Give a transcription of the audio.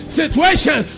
situation